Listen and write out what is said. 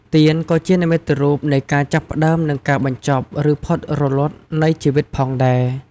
ទៀនក៏៏ជានិមិត្តរូបនៃការចាប់ផ្ដើមនិងការបញ្ចប់ឬផុតរលត់នៃជីវិតផងដែរ។